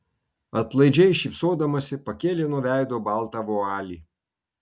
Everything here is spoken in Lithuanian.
atlaidžiai šypsodamasi pakėlė nuo veido baltą vualį